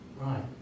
Right